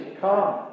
come